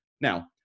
Now